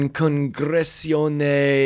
congressione